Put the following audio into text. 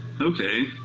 okay